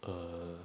err